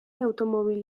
automobil